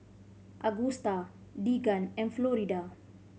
Agusta Deegan and Florida